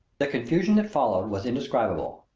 the confusion that followed was indescribable.